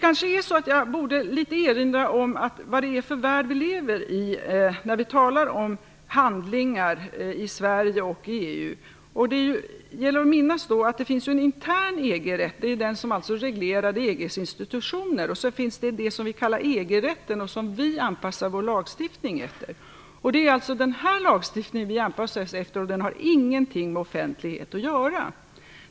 Kanske borde jag något erinra om vad det är för värld vi lever i, när vi talar om handlingar i Sverige och i EU. Det gäller att minnas att det finns en intern EG-rätt, som reglerar EG:s institutioner, och så finns det som vi kallar EG-rätten och som vi anpassar vår lagstiftning efter. Den lagstiftning som vi anpassar oss efter har ingenting med offentligheten att göra.